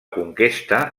conquesta